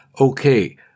Okay